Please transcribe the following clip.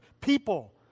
people